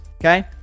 Okay